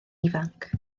ifanc